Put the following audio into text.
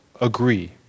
agree